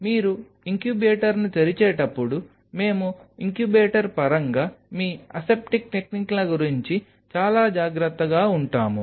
మీరు ఇంక్యుబేటర్ను తెరిచేటప్పుడు మేము ఇంక్యుబేటర్ పరంగా మీ అసెప్టిక్ టెక్నిక్ల గురించి చాలా జాగ్రత్తగా ఉంటాము